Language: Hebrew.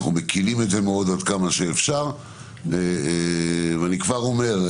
אני כבר אומר,